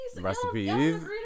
recipes